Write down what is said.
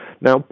Now